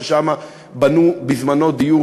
ששם בנו בזמנו דיור,